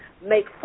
make